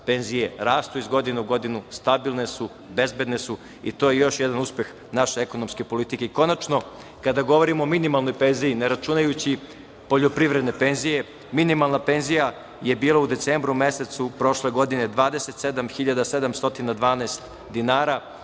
penzije rastu iz godine u godinu, stabilne su, bezbedne su i to je još jedan uspeh naše ekonomske politike. Konačno, kada govorimo o minimalnoj penziji ne računajući poljoprivredne penzije, minimalna penzija je bila u decembru mesecu prošle godine 27.712 dinara,